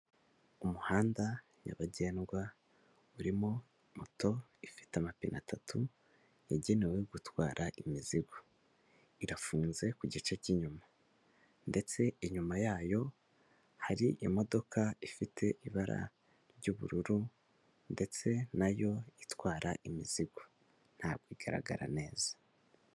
Umuhanda nyabagendwa urimo moto ifite amapine atatu yagenewe gutwara imizigo, irafunze ku gice cy'inyuma ndetse inyuma yayo hari imodoka ifite ibara ry'ubururu ndetse nayo itwara imizigo ntabwo igaragara neza.